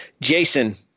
Jason